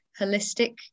holistic